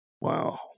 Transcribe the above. wow